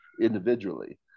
individually